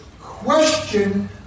question